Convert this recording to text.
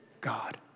God